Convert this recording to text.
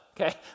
okay